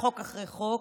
חוק אחרי חוק,